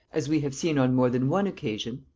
as we have seen, on more than one occasion,